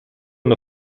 und